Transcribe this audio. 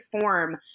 form